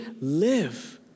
live